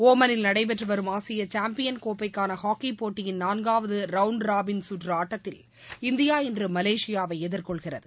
ஒமனில் நடைபெற்று வரும் ஆசிய சாம்பியன் கோப்பைக்கான ஹாக்கி போட்டியின் நான்காவது ரவுண்ட் ராபின் சுற்று ஆட்டத்தில் இந்தியா இன்று மலேசியாவை எதிர்கொள்கிறது